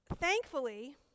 thankfully